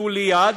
שליד,